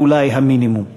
שהוא אולי המינימום.